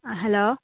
ആ ഹലോ